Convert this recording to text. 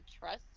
trust